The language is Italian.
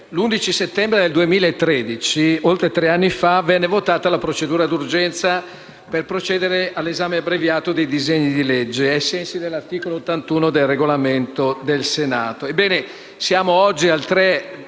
l’11 settembre 2013, oltre tre anni fa, venne votata la procedura di urgenza per procedere all’esame abbreviato dello stesso, ai sensi dell’articolo 81 del Regolamento del Senato.